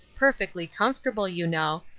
perfectly comfortable, you know,